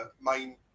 main